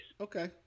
Okay